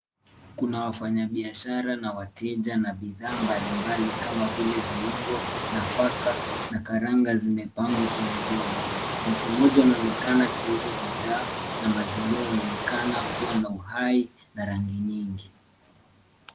Kuna wafanya biashara na wateja na bidhaa mbali mbali kama vile viungo, nafaka na karanga zimepangwa kwenye vyombo. Mtu mmoja anaonekana akiuza bidhaa na mazingira yanaonekana kuwa na uhai na rangi nyingi.